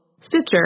Stitcher